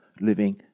living